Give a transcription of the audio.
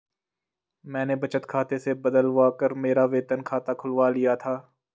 मैंने बचत खाते से बदलवा कर मेरा वेतन खाता खुलवा लिया था